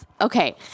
Okay